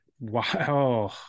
wow